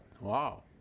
Wow